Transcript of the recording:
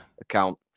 account